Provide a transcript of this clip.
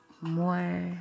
more